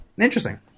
Interesting